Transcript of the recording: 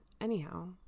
anyhow